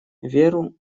веру